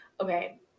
Okay